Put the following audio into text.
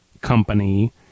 company